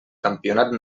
campionat